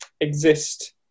exist